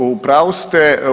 U pravu ste.